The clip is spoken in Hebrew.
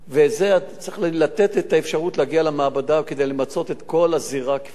צריך לתת את האפשרות להגיע למעבדה כדי למצות את כל הזירה בפני עצמה.